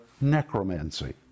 necromancy